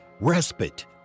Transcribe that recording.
respite